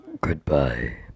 Goodbye